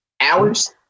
hours